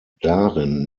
darin